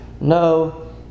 no